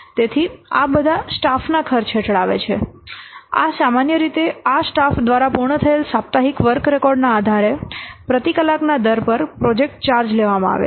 તેથી આ બધા સ્ટાફના ખર્ચ હેઠળ આવે છે આ સામાન્ય રીતે આ સ્ટાફ દ્વારા પૂર્ણ થયેલ સાપ્તાહિક વર્ક રેકોર્ડના આધારે પ્રતિ કલાકના દર પર પ્રોજેક્ટ ચાર્જ લેવામાં આવે છે